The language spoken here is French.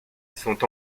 sont